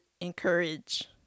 encourage